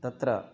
तत्र